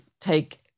take